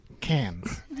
Cans